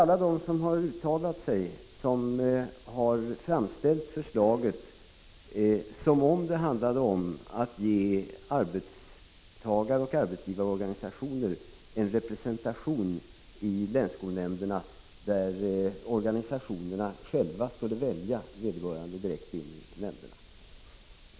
Alla de som har uttalat sig har framställt förslaget som om det handlade om att arbetstagaroch arbetsgivarorganisationer skulle få representation i länsskolnämnderna genom egna direkta val.